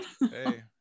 hey